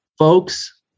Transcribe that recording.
Folks